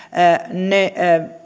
ne